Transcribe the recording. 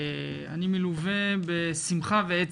אני מלווה בשמחה ועצב.